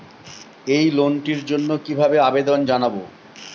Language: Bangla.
এই লোনটির জন্য কিভাবে আবেদন জানাবো?